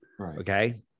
okay